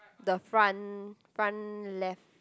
the front front left